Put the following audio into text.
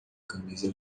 camisa